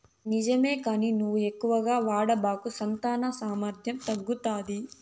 నిజమే కానీ నువ్వు ఎక్కువగా వాడబాకు సంతాన సామర్థ్యం తగ్గుతాది